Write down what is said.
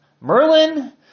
Merlin